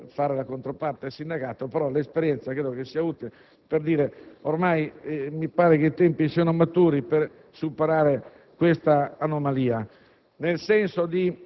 So che è difficile fare la controparte del sindacato, però l'esperienza credo sia utile per dire che ormai i tempi sono maturi per superare questa anomalia.